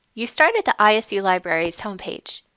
you start at the isu libraries homepage.